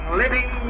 living